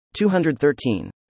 213